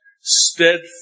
steadfast